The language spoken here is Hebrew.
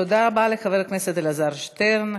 תודה רבה לחבר הכנסת אלעזר שטרן.